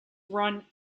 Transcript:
run